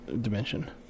dimension